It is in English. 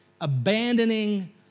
abandoning